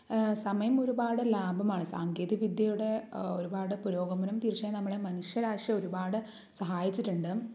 സമയം ഒരുപാട് ലാഭമാണ് സാങ്കേതിക വിദ്യയുടെ ഒരുപാട് പുരോഗമനം തീർച്ചയായും നമ്മളെ മനുഷ്യരാശിയെ ഒരുപാട് സഹായിച്ചിട്ടുണ്ട്